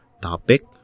topic